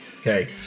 Okay